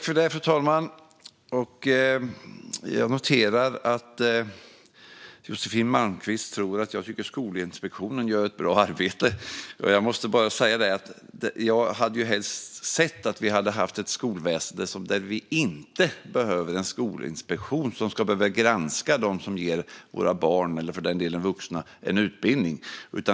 Fru talman! Jag noterar att Josefin Malmqvist tror att jag tycker att Skolinspektionen gör ett bra arbete. Jag hade helst sett att vi hade ett skolväsen där vi inte behöver en skolinspektion som måste granska dem som ger våra barn och för den delen vuxna en utbildning.